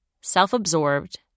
self-absorbed